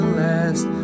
last